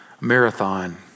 Marathon